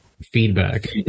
feedback